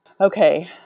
Okay